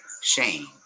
Shame